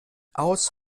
aus